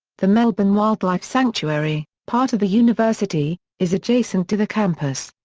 the melbourne wildlife sanctuary, part of the university, is adjacent to the campus.